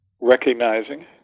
recognizing